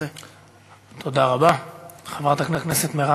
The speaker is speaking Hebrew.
הציבור בישראל ראה את הסרט "גט".